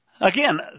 Again